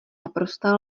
naprostá